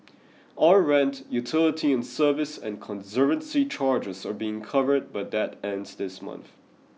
all rent utility and service and conservancy charges are being covered but that ends this month